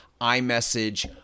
imessage